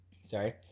Sorry